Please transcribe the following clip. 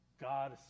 God